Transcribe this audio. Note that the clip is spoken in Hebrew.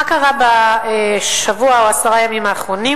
מה קרה בשבוע או עשרה הימים האחרונים?